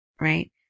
right